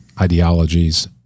ideologies